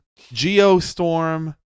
Geostorm